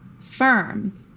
firm